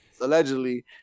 allegedly